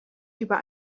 über